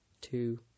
two